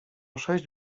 sześć